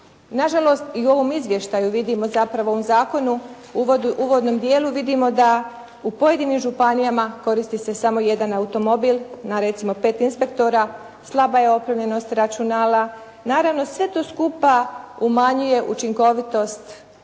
Nažalost i u ovom izvještaju vidimo zapravo, u ovom zakonu u uvodnom dijelu vidimo da u pojedinim županijama koristi se samo jedan automobil na recimo pet inspektora, slaba je opremljenost računala, naravno sve to skupa umanjuje učinkovitost